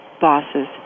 bosses